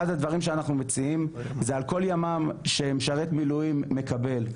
אחד הדברים שאנחנו מציעים זה על כל ימ"מ שמשרת מילואים מקבל,